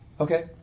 Okay